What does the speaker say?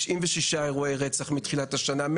96 אירוע רצח מתחילת השנה,